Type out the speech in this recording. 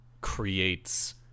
creates